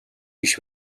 биш